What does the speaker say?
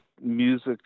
music